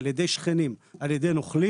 על ידי שכנים או על ידי נוכלים,